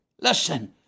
Listen